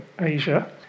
Asia